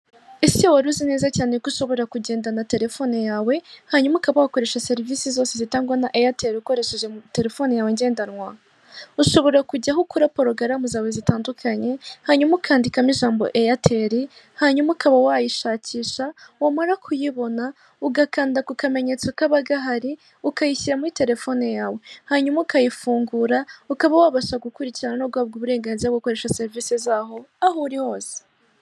Umuhanda w'ikaburimbo urimo imodoka yo mu bwoko bwa dina, ufite ibyuma by'umutuku biyizengurutse isa ibara ry'umweru, imbere yayo hari ibindi binyabiziga birimo biragenda ku ruhande hahagaze abanyamaguru hari n'undi urimo aragenda mu muhanda w'abanyamaguru ku ruhande.